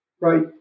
right